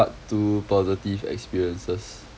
part two positive experiences